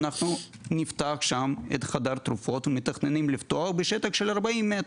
אנחנו מתכננים לפתוח שם חדר תרופות בשטח של 40 מטר.